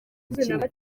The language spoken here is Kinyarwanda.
dukine